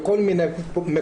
בכל מיני מקומות.